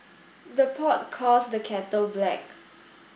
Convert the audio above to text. the pot calls the kettle black